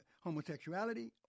homosexuality